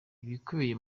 ibikubiye